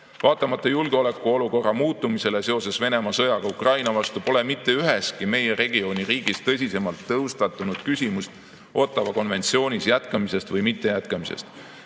Vaatamata julgeolekuolukorra muutumisele seoses Venemaa sõjaga Ukraina vastu pole mitte üheski meie regiooni riigis tõsisemalt tõstatunud küsimust Ottawa konventsioonis jätkamisest või mittejätkamisest.